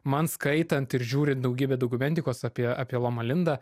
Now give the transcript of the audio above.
man skaitant ir žiūrint daugybę dokumentikos apie apie loma linda